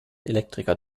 elektriker